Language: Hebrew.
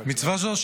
מצווה זו,